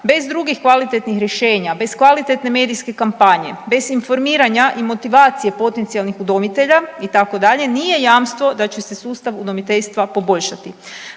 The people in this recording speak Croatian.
bez drugih kvalitetnih rješenja, bez kvalitetne medijske kampanje, bez informiranja i motivacije potencijalnih udomitelja itd., nije jamstvo da će se sustav udomiteljstva poboljšati.